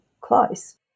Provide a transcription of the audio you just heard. close